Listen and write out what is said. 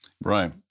right